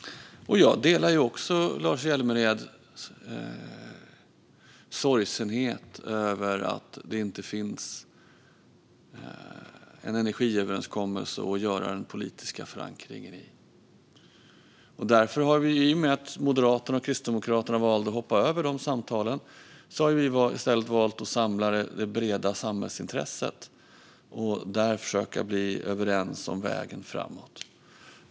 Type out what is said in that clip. Jag delar också Lars Hjälmereds sorgsenhet över att det inte finns en energiöverenskommelse att göra den politiska förankringen i. Därför har vi, i och med att Moderaterna och Kristdemokraterna valde att hoppa av dessa samtal, i stället valt att samla det breda samhällsintresset och där försöka bli överens om vägen framåt.